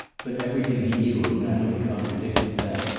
but everything he knew of natalie contradicted that.